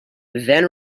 then